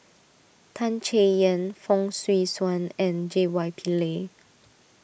Tan Chay Yan Fong Swee Suan and J Y Pillay